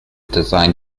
design